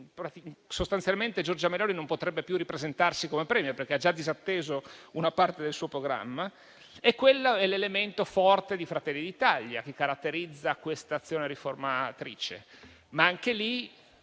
Governo. Sostanzialmente Giorgia Meloni non potrebbe più ripresentarsi come *Premier* perché ha già disatteso una parte del suo programma. Quello è l'elemento forte di Fratelli d'Italia che caratterizza questa azione riformatrice.